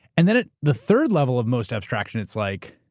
and then the third level of most abstractions. it's like,